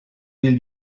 del